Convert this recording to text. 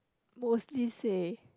mostly say